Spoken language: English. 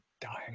dying